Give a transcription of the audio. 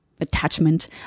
attachment